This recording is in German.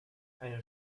eine